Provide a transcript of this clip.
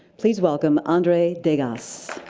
please welcome andre degas.